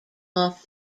off